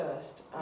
first